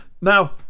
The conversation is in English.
now